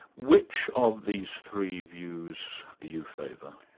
which of these three views do you favour?